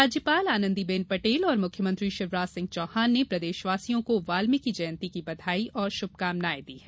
राज्यपाल आनंदीबेन पटेल और मुख्यमंत्री शिवराज सिंह चौहान ने प्रदेशवासियों को वाल्मीकि जयंती की बधाई और शुभकामनाएँ दी हैं